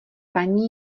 paní